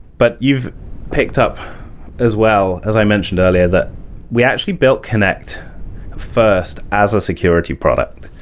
but you've picked up as well, as i mentioned earlier, that we actually built connect first as a security product.